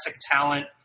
talent